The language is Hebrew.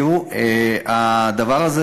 תראו, הדבר הזה